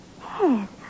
Yes